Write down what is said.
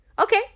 okay